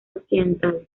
occidental